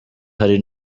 hari